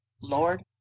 Lord